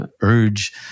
urge